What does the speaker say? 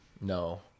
No